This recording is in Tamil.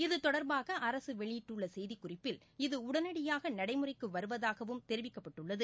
இதுதொடர்பாக அரசு வெளியிட்டுள்ள செய்திக்குறிப்பில் இது உடனடியாக நடைமுறைக்கு வருவதாகவும் தெரிவிக்கப்பட்டுள்ளது